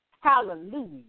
Hallelujah